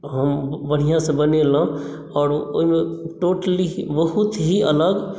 हम बढ़ियाॅं से बनेलहुॅं आओर ओहिमे टोटली बहुत ही अलग